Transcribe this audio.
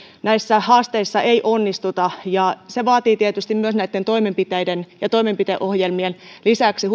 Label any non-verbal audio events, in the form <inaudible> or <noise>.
näissä haasteissa ei onnistuta se vaatii tietysti myös näitten toimenpiteiden ja toimenpideohjelmien lisäksi <unintelligible>